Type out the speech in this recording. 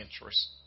interest